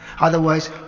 otherwise